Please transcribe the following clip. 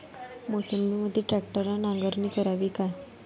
मोसंबीमंदी ट्रॅक्टरने नांगरणी करावी का?